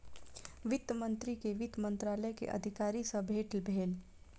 वित्त मंत्री के वित्त मंत्रालय के अधिकारी सॅ भेट भेल